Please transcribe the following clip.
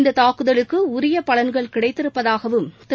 இந்தத் தாக்குதலுக்கு உரிய பலன்கள் கிடைத்திருப்பதாகவும் திரு